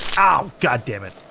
ow, god damn it.